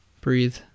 breathe